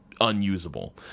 unusable